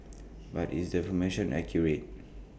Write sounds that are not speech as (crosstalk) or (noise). (noise) but is the information accurate